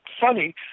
funny